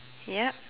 yup